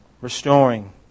restoring